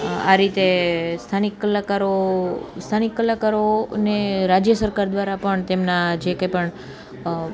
આ રીતે સ્થાનિક કલાકારો સ્થાનિક કલાકારોને રાજય સરકાર દ્વારા પણ તેમના જે કંઈ પણ